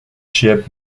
ship